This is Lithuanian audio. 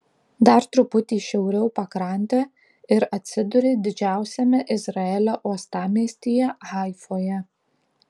dar truputį šiauriau pakrante ir atsiduri didžiausiame izraelio uostamiestyje haifoje